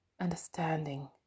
Understanding